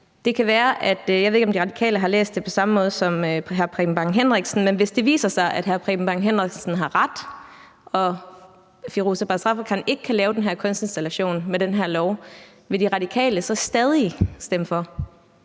Henriksen, men hvis det viser sig, at hr. Preben Bang Henriksen har ret og Firoozeh Bazrafkan ikke kan lave den her kunstinstallation med den her lov, vil De Radikale så stadig stemme for?